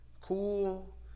cool